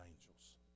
angels